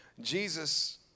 Jesus